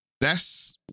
That's-